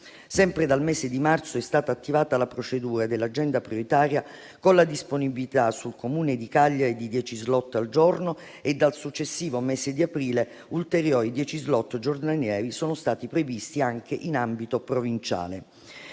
Sempre dal mese di marzo è stata attivata la procedura dell'agenda prioritaria con la disponibilità sul Comune di Cagliari di 10 *slot* al giorno e dal successivo mese di aprile ulteriori 10 *slot* giornalieri sono stati previsti anche in ambito provinciale.